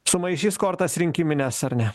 sumaišys kortas rinkimines ar ne